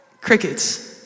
Crickets